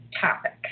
topic